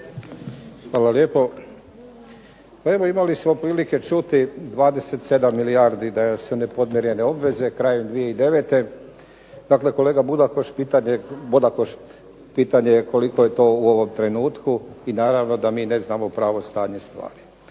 Hvala lijepo. Pa evo imali smo prilike čuti 27 milijardi da su nepodmirene obveze krajem 2009. Dakle, kolega Bodakoš pitanje je koliko je to u ovom trenutku i naravno da mi ne znamo pravo stanje stvari.